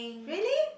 really